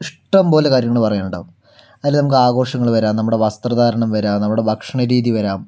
ഇഷ്ടംപോലെ കാര്യങ്ങള് പറയാനുണ്ടാവും അതില് നമുക്ക് ആഘോഷങ്ങൾ വരാം നമ്മുടെ വസ്ത്ര ധാരണം വരാം നമ്മുടെ ഭക്ഷണരീതി വരാം